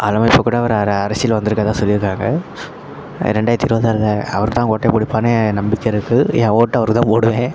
அது இல்லாமல் இப்போ கூட அவரு அரசியல் வந்திருக்கறதா சொல்லியிருக்காங்க ரெண்டாயிரத்தி இருபத்தி ஆறில் அவரு தான் ஓட்டே பிடிப்பாருன்னு நம்பிக்கை இருக்குது என் ஓட்டு அவருக்கு தான் போடுவேன்